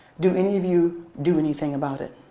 do any of you do anything about it?